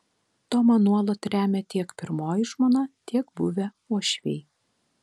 tomą nuolat remia tiek pirmoji žmona tiek buvę uošviai